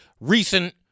recent